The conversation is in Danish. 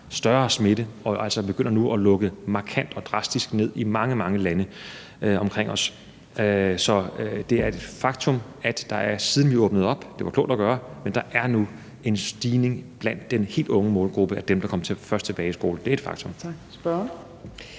og man begynder nu at lukke markant og drastisk ned i mange, mange lande omkring os. Så er det et faktum, at siden vi åbnede op – det var klogt at gøre – er der nu en stigning blandt dem i den helt unge målgruppe, der kom først tilbage i skole. Det er et faktum.